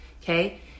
Okay